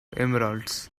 emeralds